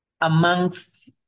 amongst